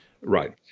Right